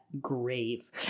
grave